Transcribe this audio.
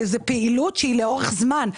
זאת פעילות שהיא לאורך זמן.